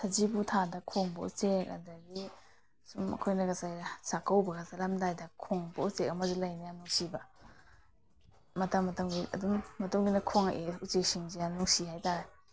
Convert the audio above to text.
ꯁꯥꯖꯤꯕꯨ ꯊꯥꯗ ꯈꯣꯡꯕ ꯎꯆꯦꯛ ꯑꯗꯒꯤ ꯁꯨꯝ ꯑꯩꯈꯣꯏꯅꯒ ꯆꯥꯛꯀꯧꯕꯒ ꯆꯠꯂꯝꯗꯥꯏꯗ ꯈꯣꯡꯉꯛꯄ ꯑꯃꯁꯨ ꯂꯩꯅꯦ ꯌꯥꯝ ꯅꯨꯡꯁꯤꯕ ꯃꯇꯝ ꯃꯇꯝꯒꯤ ꯑꯗꯨꯝ ꯃꯇꯨꯡ ꯏꯟꯅ ꯈꯣꯡꯉꯛꯑꯦ ꯎꯆꯦꯛꯁꯤꯡꯁꯦ ꯌꯥꯝ ꯅꯨꯡꯁꯤ ꯍꯥꯏꯇꯔꯦ